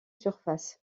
surface